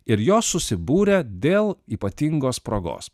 ir jos susibūrė dėl ypatingos progos